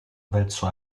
verso